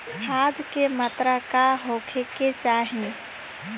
खाध के मात्रा का होखे के चाही?